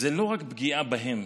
זאת לא רק פגיעה בהם,